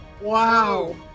Wow